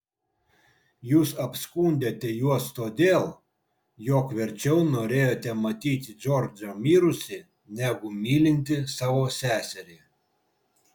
jūs apskundėte juos todėl jog verčiau norėjote matyti džordžą mirusį negu mylintį savo seserį